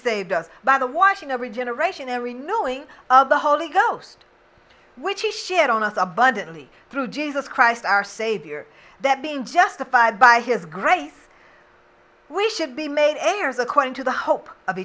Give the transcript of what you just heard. saved us by the washing of regeneration every knowing of the holy ghost which he shared on us abundantly through jesus christ our savior that being justified by his grace we should be made eight years according to the hope of